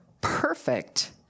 perfect